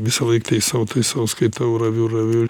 visąlaik taisau taisau skaitau raviu raviu